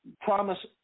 promise